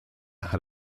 had